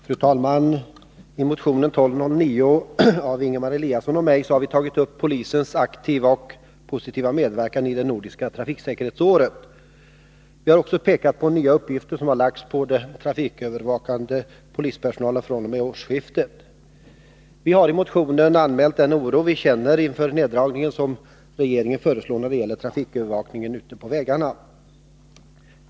Fru talman! I motionen 1209 av Ingemar Eliasson och mig har vi tagit upp polisens aktiva och positiva medverkan i det nordiska trafiksäkerhetsåret. Vi har också påpekat att nya uppgifter har lagts på trafikövervakande polispersonal fr.o.m. årsskiftet. Vi har i motionen framfört vår oro inför den neddragning som regeringen föreslår när det gäller trafikövervakningen ute på vägarna.